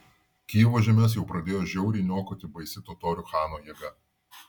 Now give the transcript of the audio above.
kijevo žemes jau pradėjo žiauriai niokoti baisi totorių chano jėga